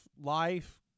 life